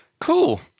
Cool